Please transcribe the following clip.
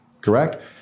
Correct